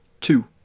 two